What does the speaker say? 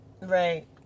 Right